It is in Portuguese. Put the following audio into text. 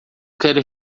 quero